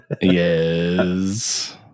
Yes